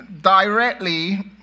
directly